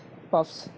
puffs